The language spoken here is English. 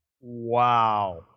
Wow